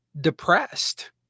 depressed